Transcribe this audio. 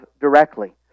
directly